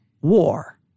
war